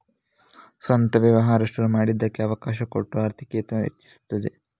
ಸ್ವಂತ ವ್ಯವಹಾರ ಶುರು ಮಾಡ್ಲಿಕ್ಕೆ ಅವಕಾಶ ಕೊಟ್ಟು ಆರ್ಥಿಕತೇನ ಹೆಚ್ಚಿಸ್ತದೆ